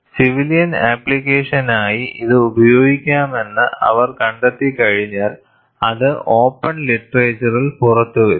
civilian ആപ്ലിക്കേഷനായി ഇത് ഉപയോഗിക്കാമെന്ന് അവർ കണ്ടെത്തിക്കഴിഞ്ഞാൽ അത് ഓപ്പൺ ലിറ്റ്റേച്ചറിൽ പുറത്തുവരും